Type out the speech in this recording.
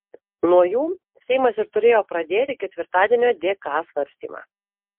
nuo jų seimas ir turėjo pradėti ketvirtadienio dk svarstymą